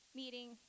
meeting